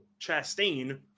Chastain